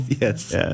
Yes